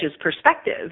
perspective